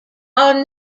are